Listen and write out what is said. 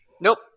Nope